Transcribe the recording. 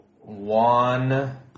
One